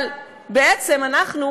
אבל בעצם אנחנו,